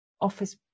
office